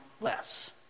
less